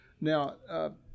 Now